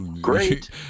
great